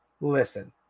Listen